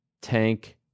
Tank